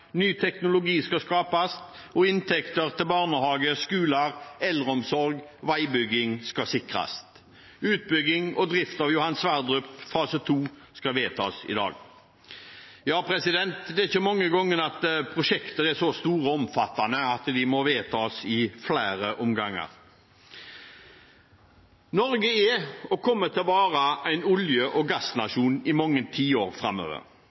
ny teknologi skal skapes, og inntekter til barnehage, skoler, eldreomsorg og veibygging skal sikres. Utbygging og drift av Johan Sverdrup-feltet, fase 2, skal vedtas i dag. Ja, det er ikke mange ganger at prosjekter er så store og omfattende at de må vedtas i flere omganger. Norge er – og kommer til å være – en olje- og gassnasjon i mange tiår framover.